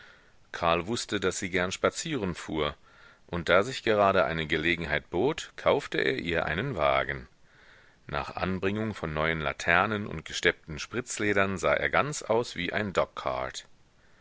karl wußte daß sie gern spazieren fuhr und da sich gerade eine gelegenheit bot kaufte er ihr einen wagen nach anbringung von neuen laternen und gesteppten spritzledern sah er ganz aus wie ein dogcart